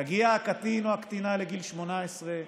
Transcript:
יגיעו הקטין או הקטינה לגיל 18,